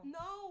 no